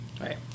Right